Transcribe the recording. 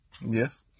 Yes